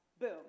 Boom